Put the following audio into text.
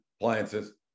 appliances